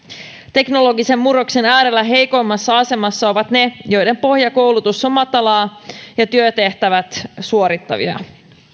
teknologisen murroksen äärellä heikoimmassa asemassa ovat ne joiden pohjakoulutus on matalaa ja työtehtävät suorittavia